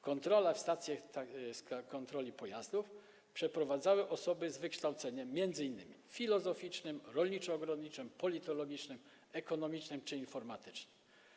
Kontrole w stacjach kontroli pojazdów przeprowadzały osoby z wykształceniem m.in. filozoficznym, rolniczo-ogrodniczym, politologicznym, ekonomicznym czy informatycznym.